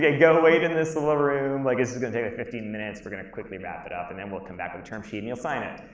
go wait in this little room, like this is gonna take fifteen minutes, we're gonna quickly wrap it up and then we'll come back with a term sheet and you'll sign it.